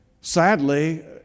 Sadly